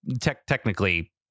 technically